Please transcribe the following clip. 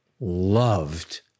loved